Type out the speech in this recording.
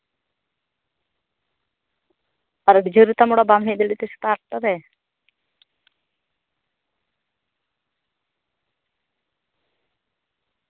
ᱟᱹᱰᱤ ᱡᱷᱟᱹᱞ ᱜᱮᱛᱟᱢ ᱚᱲᱟᱜ ᱵᱟᱢ ᱦᱮᱡ ᱫᱟᱲᱮᱭᱟᱜ ᱛᱮ ᱥᱮᱛᱟᱜ ᱟᱴ ᱴᱟ ᱨᱮ